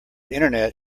internet